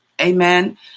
Amen